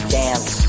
dance